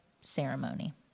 ceremony